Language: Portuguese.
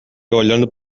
olhando